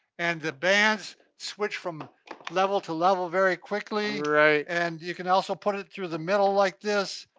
and the bands switch from level to level very quickly. right. and you can also put it through the middle like this,